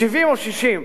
70 או 60,